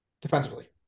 defensively